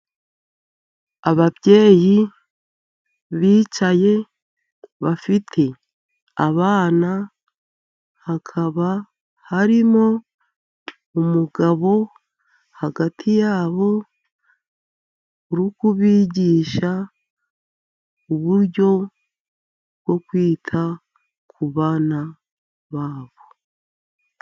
Ababyeyi bicaye bafite abana, hakaba harimo umugabo hagati yabo, uri kubigisha uburyo bwo kwita, ku bana babo.